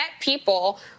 people